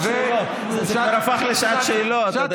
זה כבר הפך לשעת שאלות, אדוני היושב-ראש.